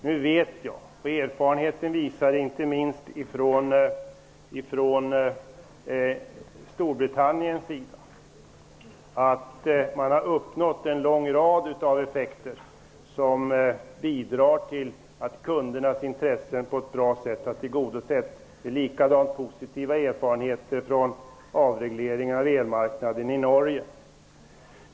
Nu vet jag och erfarenheten inte minst från Storbritannien visar att man har uppnått en lång rad effekter som bidragit till att kundernas intresse på ett bra sätt har tillgodosetts. Lika positiva erfarenheter har man fått från avregleringen av elmarknaden i Norge.